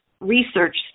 research